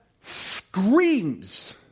screams